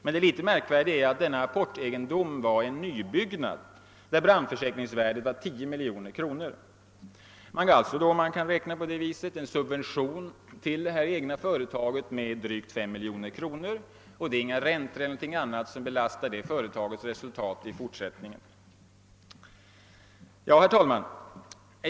Det litet märkvärdiga är bara att denna apportegendom var en nybygsg nad, vars brandförsäkringsvärde var 10 miljoner kronor. Man gav alltså, om vi kan räkna på det sättet, en subvention till det egna företaget på drygt 5 miljoner kronor, och inga räntor eller andra omkostnader belastar dess resultat i fortsättningen. Herr talman!